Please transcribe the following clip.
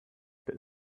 their